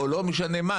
או לא משנה מה,